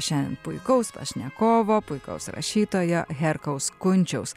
šiandien puikaus pašnekovo puikaus rašytojo herkaus kunčiaus